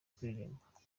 kuririmba